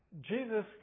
Jesus